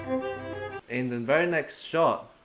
in the very next shot,